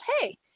hey